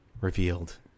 revealed